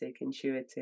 intuitive